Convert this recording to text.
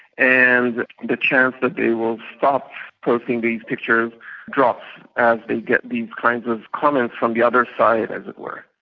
and the chance that they will stop posting these pictures drops as they get these kinds of comments from the other side, as it were.